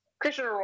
Christian